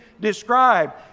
described